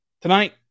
Tonight